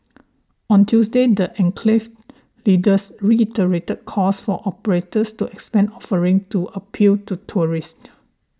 on Tuesday the enclave's leaders reiterated calls for operators to expand offerings to appeal to tourists